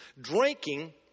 Drinking